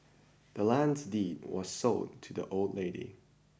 the land's deed was sold to the old lady